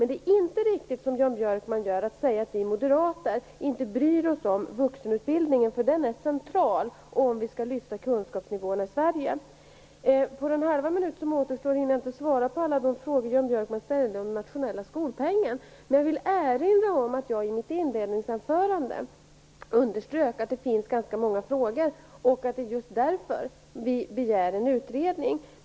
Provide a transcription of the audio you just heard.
Det är inte riktigt som Jan Björkman säger, dvs. att vi moderater inte bryr oss om vuxenutbildningen. Den är central om vi skall lyfta kunskapsnivån i Sverige. På den halva minut som återstår hinner jag inte svara på alla de frågor Jan Björkman ställde om den nationella skolpengen, men jag vill erinra om att jag i mitt inledningsanförande underströk att det finns ganska många frågor och att det är just därför vi begär en utredning.